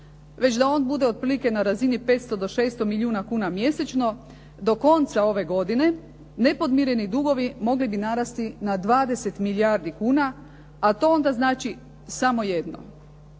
već da on bude otprilike na razini 500 do 600 milijuna kuna mjesečno do konca ove godine nepodmireni dugovi mogli bi narasti na 20 milijardi kuna a to onda znači samo jedno.